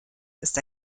ist